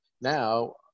now